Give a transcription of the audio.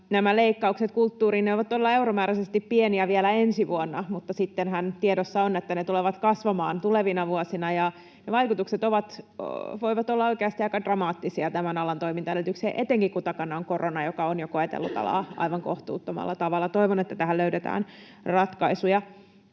Nämä leikkaukset kulttuuriin ovat todella euromääräisesti pieniä vielä ensi vuonna, mutta sittenhän tiedossa on, että ne tulevat kasvamaan tulevina vuosina ja ne vaikutukset voivat olla oikeasti aika dramaattisia tämän alan toimintaedellytyksille, etenkin kuin takana on korona, joka on jo koetellut alaa aivan kohtuuttomalla tavalla. Toivon, että tähän löydetään ratkaisuja.